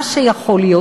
מה שיכול להיות,